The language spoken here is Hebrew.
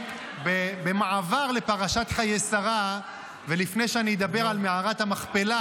במעבר לפרשת חיי שרה ולפני שאדבר על מערת המכפלה,